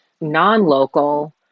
non-local